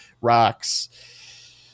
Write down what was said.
rocks